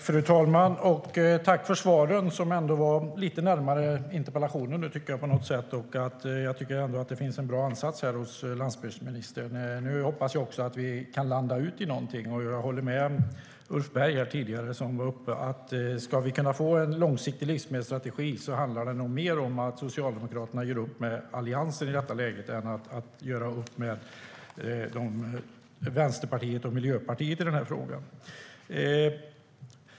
Fru talman! Jag tackar för svaren, som var lite närmare interpellationen. Det finns en bra ansats hos landsbygdsministern, och jag hoppas att vi kan landa i något. Jag håller med Ulf Berg om att om vi ska kunna få en långsiktig livsmedelsstrategi handlar det nog mer om att Socialdemokraterna gör upp med Alliansen än med Vänsterpartiet och Miljöpartiet i denna fråga.